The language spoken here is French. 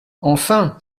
enfin